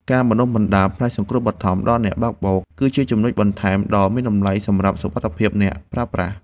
ការបណ្តុះបណ្តាលផ្នែកសង្គ្រោះបឋមដល់អ្នកបើកបរ គឺជាចំណុចបន្ថែមដ៏មានតម្លៃសម្រាប់សុវត្ថិភាពអ្នកប្រើប្រាស់។